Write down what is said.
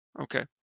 Okay